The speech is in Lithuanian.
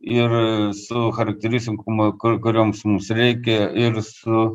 ir su charekteristikom kur kurioms mums reikia ir su